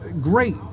Great